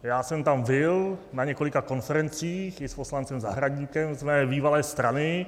Já jsem tam byl na několika konferencích i s poslancem Zahradníkem z mé bývalé strany.